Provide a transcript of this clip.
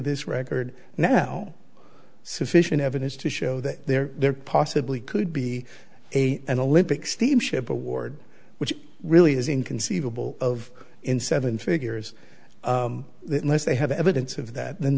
this record now sufficient evidence to show that they're there possibly could be a an olympic steamship award which really is inconceivable of in seven figures that unless they have evidence of that